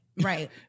Right